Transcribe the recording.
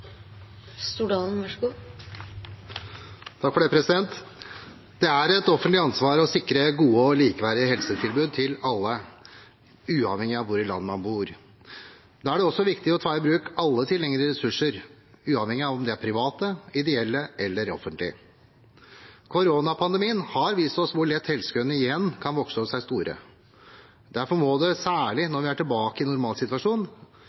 et offentlig ansvar å sikre gode og likeverdige helsetilbud til alle, uavhengig av hvor i landet man bor. Da er det også viktig å ta i bruk alle tilgjengelige ressurser, uavhengig av om de er private, ideelle eller offentlige. Koronapandemien har vist oss hvor lett helsekøene igjen kan vokse seg store. Derfor må det, særlig